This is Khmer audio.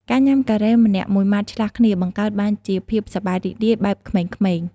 ការញ៉ាំការ៉េមម្នាក់មួយម៉ាត់ឆ្លាស់គ្នា បង្កើតបានជាភាពសប្បាយរីករាយបែបក្មេងៗ។